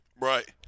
Right